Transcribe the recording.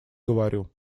говорю